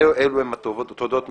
זהו, אלו הן התודות מבחינתי.